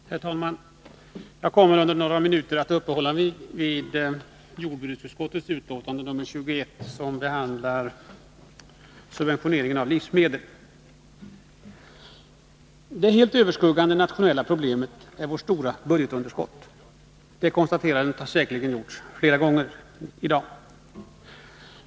Herr talman! Jag kommer under några minuter att uppehålla mig vid jordbruksutskottets betänkande nr 21, som behandlar subventioneringen av livsmedel. Det helt överskuggande nationella problemet är vårt stora budgetunderskott. Det konstaterandet har säkerligen gjorts flera gånger i dag.